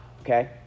okay